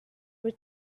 were